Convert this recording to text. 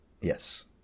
Yes